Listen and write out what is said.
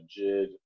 Jid